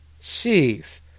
Jeez